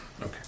Okay